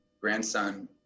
grandson